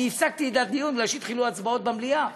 שאני הפסקתי את הדיון בגלל שהתחילו הצבעות במליאה.